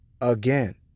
again